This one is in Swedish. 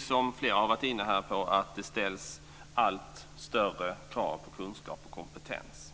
Som flera här har varit inne på vet vi att det ställs allt större krav på kunskap och kompetens.